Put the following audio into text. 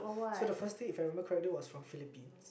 so the first team if I remember correctly was from Philippines